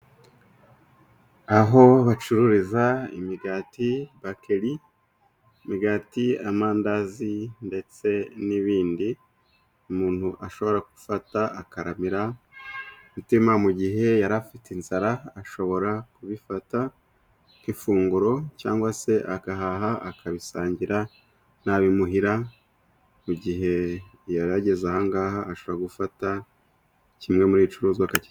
Aho bacururiza imigati bakeri, imigati, amandazi ndetse n'ibindi umuntu ashobora gufata akaramira umutima mu gihe yari afite inzara. Ashobora kubifata nk'ifunguro cyangwa se agahaha akabisangira n'ab'ibimuhira, mu gihe yarageze aha ngaha ashobora gufata kimwe mu bicuruzwa akakijyana.